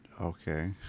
Okay